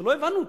ולא הבנו אותה.